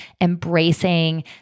embracing